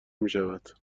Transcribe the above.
میشود